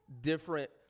different